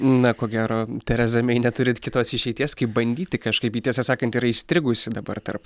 na ko gero tereza mei neturi kitos išeities kaip bandyti kažkaip ji tiesą sakant yra įstrigusi dabar tarp